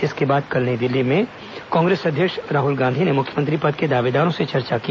इसके बाद कल दिल्ली में कांग्रेस अध्यक्ष राहुल गांधी ने मुख्यमंत्री पद के दावेदारों से चर्चा की